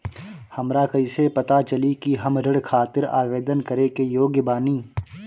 हमरा कईसे पता चली कि हम ऋण खातिर आवेदन करे के योग्य बानी?